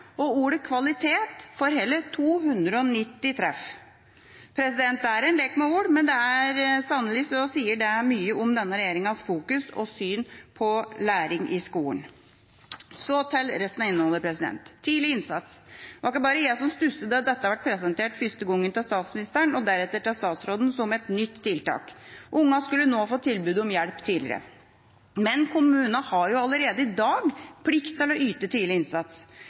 og ordet «kvalitet» får hele 290 treff. Det er en lek med ord, men sannelig sier det mye om denne regjeringas fokus og syn på læring i skolen. Så til resten av innholdet: tidlig innsats. Det var ikke bare jeg som stusset da dette ble presentert – første gang av statsministeren og deretter av statsråden – som et nytt tiltak. Ungene skulle nå få tilbud om hjelp tidligere. Men kommunene har allerede i dag plikt til å yte tidlig innsats.